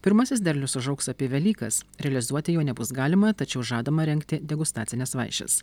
pirmasis derlius užaugs apie velykas realizuoti jo nebus galima tačiau žadama rengti degustacines vaišes